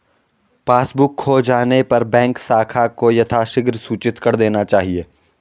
passbook खो जाने पर बैंक शाखा को यथाशीघ्र सूचित कर देना चाहिए